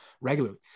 regularly